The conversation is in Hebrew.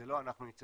זה לא אנחנו המצאנו,